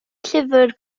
llyfr